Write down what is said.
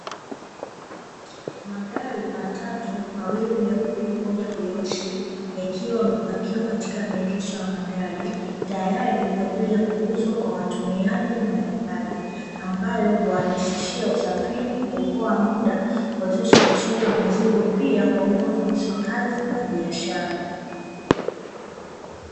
Magari matatu; mawili meupe, moja meusi, yakiwa yamepakiwa katika maegesho ya magari tayari kwa ajili ya kuuzwa kwa watumiaji mbalimbali, ambayo huwarahisishia usafiri, huokoa muda, kuwezesha usafirishaji wa mizigo, pia huongeza ufanisi wa kazi na biashara.